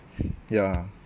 ya